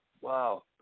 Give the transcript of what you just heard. Wow